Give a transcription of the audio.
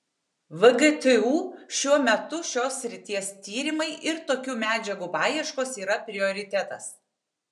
vgtu šiuo metu šios srities tyrimai ir tokių medžiagų paieškos yra prioritetas